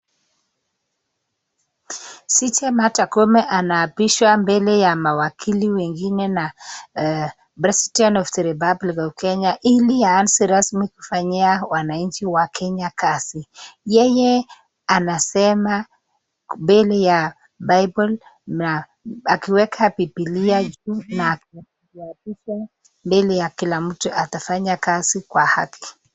Cj Martha Koome anaapishwa mbele ya mawakili wengine na president of the republic of Kenya ili aanze kufanyia wananchi wa Kenya kazi, yeye anasema mabele ya bible na akiweka bibilia juu na kuapishwa mbele ya kila mtu atafanya kazi kwa haki.